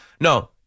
no